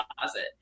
deposit